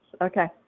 Okay